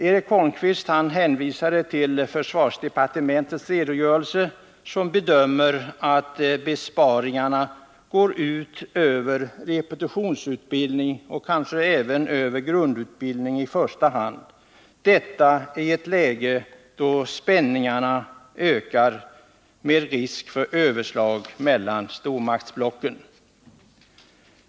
Eric Holmqvist hänvisade till den redogörelse som lämnats av försvarsdepartementet, som bedömer att besparingarna går ut över repetitionsutbildningen och kanske också över grundutbildningen — detta i ett läge då spänningarna ökar, med risk för överslag mellan stormaktsblocken.